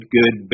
good